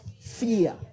fear